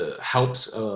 helps